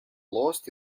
lost